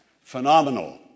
phenomenal